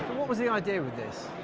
what was the idea with this?